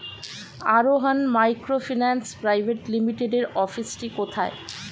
আরোহন microfinance private লিমিটেডের অফিসটি কোথায়?